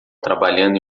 trabalhando